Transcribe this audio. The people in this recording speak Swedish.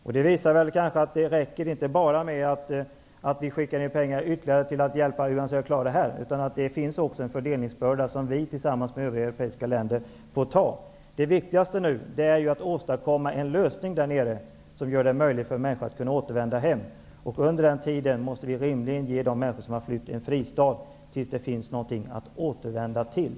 Detta visar att det inte bara räcker med att skicka ner ytterligare pengar för att man skall klara detta. Det finns en fördelningsbörda som vi tillsammans med övriga europeiska länder får ta på oss. Det viktigaste är nu att åstadkomma en lösning därnere som gör det möjligt för människor att kunna återvända hem. Under den tiden måste vi rimligen ge de människor som har flytt en fristad tills det finns någonting att återvända till.